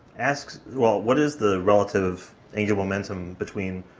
asks well, what is the relative angular momentum between,